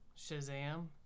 shazam